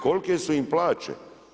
Kolke su im plaće?